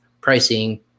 pricing